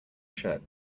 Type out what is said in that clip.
shirt